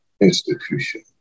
institution